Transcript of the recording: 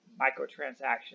microtransactions